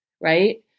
right